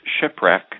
shipwreck